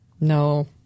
No